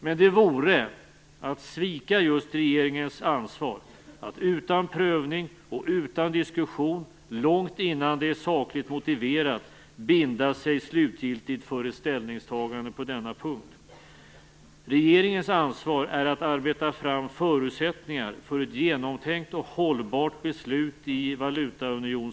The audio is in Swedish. Men det vore att svika regeringens ansvar att utan prövning och utan diskussion binda sig slutgiltigt för ett ställningstagande på denna punkt långt innan det är sakligt motiverat. Regeringens ansvar är att arbeta fram förutsättningar för ett genomtänkt och hållbart beslut i frågan om valutaunionen.